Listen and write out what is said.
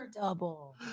double